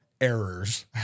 errors